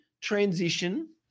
transition